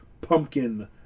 pumpkin